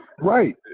Right